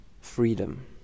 freedom